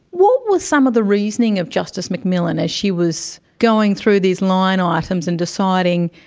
what was some of the reasoning of justice macmillan as she was going through these line items and deciding,